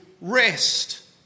rest